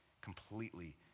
completely